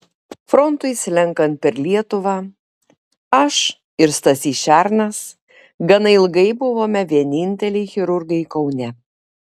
frontui slenkant per lietuvą aš ir stasys šernas gana ilgai buvome vieninteliai chirurgai kaune